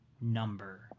number